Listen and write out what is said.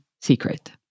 secret